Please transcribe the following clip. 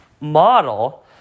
model